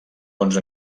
bons